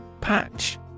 Patch